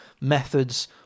methods